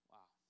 Wow